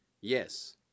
Yes